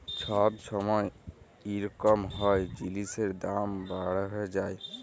ছব ছময় ইরকম হ্যয় যে জিলিসের দাম বাড়্হে যায়